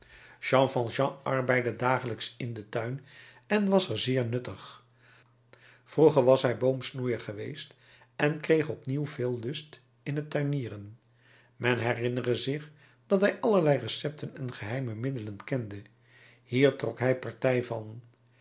valjean arbeidde dagelijks in den tuin en was er zeer nuttig vroeger was hij boomsnoeier geweest en kreeg opnieuw veel lust in het tuinieren men herinnere zich dat hij allerlei recepten en geheime middelen kende hier trok hij partij van